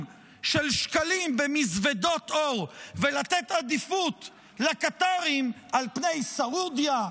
של שקלים במזוודות עור ולתת עדיפות לקטרים על פני סעודיה,